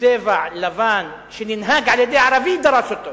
בצבע לבן, שננהג על-ידי ערבי, דרס אותו.